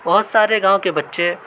بہت سارے گاؤں کے بچے